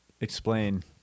explain